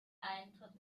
eintritt